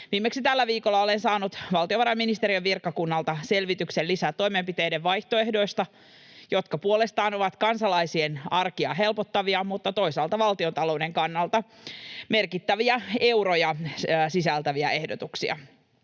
Viimeksi tällä viikolla olen saanut valtiovarainministeriön virkakunnalta selvityksen lisätoimenpiteiden vaihtoehdoista, jotka puolestaan ovat kansalaisien arkea helpottavia mutta toisaalta valtiontalouden kannalta merkittäviä euroja sisältäviä ehdotuksia.